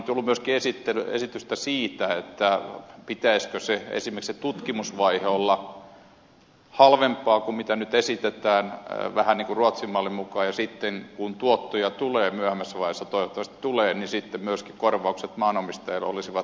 on tullut myöskin esitystä siitä pitäisikö esimerkiksi sen tutkimusvaiheen olla halvempaa kuin mitä nyt esitetään vähän kuin ruotsin mallin mukaan ja sitten kun tuottoja tulee myöhemmässä vaiheessa toivottavasti tulee niin sitten myöskin korvaukset maanomistajille olisivat sen mukaiset